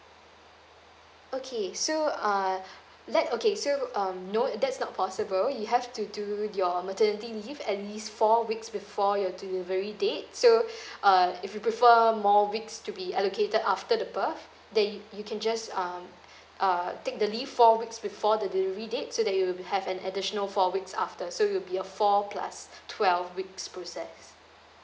okay so uh let okay so um no that's not possible you have to do your maternity leave at least four weeks before your delivery date so uh if you prefer more weeks to be allocated after the birth then you can just um uh take the leave four weeks before the delivery date so that you will have an additional four weeks after so you'll be uh four plus twelve weeks process